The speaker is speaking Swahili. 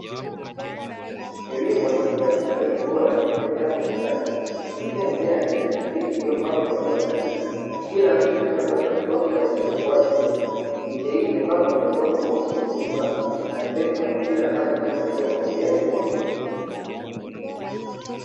Kilimo cha kuzalisha mbegu bora kinaendelea kwa ustadi kupitia mimea ya kijani kibichi iliyopangwa kwa hatua sahihi, kila mche ukiwa na nafasi ya kutosha kwa ajili ya kukua vizuri miche hii imepandwa kwenye udongo mweusi wenye rutuba, na pembeni kuna mipira ya maji inayosaidia umwagiliaji wa uhakika.